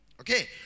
Okay